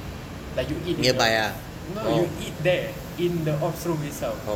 like you eat in the off~ no you eat there in the !oops! room itself